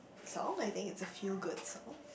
song I think it's a few good song